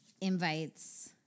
invites